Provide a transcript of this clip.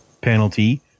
penalty